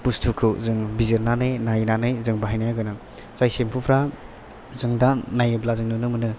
बुस्थुखौ जों बिजिरनानै नायनानै जों बाहायनाया गोनां जाय सेम्फुफ्रा जों दा नायोब्ला जों नुनो मोनो